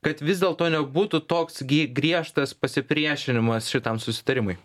kad vis dėlto nebūtų toks gi griežtas pasipriešinimas šitam susitarimui